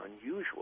unusual